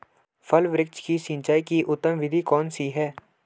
फल वृक्ष की सिंचाई की उत्तम विधि कौन सी है?